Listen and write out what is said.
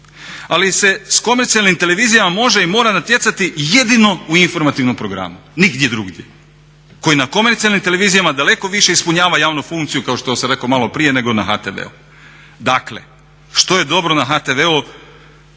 Ali se sa komercijalnim televizijama može i mora natjecati jedino u informativnom programu, nigdje drugdje koji na komercijalnim televizijama daleko više ispunjava javnu funkciju kao što sam rekao malo prije nego na HTV-u. Dakle što je dobro na HTV-u